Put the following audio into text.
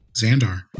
Xandar